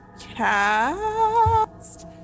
cast